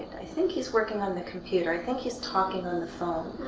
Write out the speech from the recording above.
i think he's working on the computer. i think he's talking on the phone.